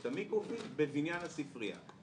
את המיקרופילם, בבניין הספרייה.